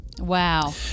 Wow